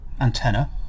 antenna